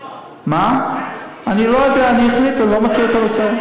לוודא שאתה מיישם את המסקנות.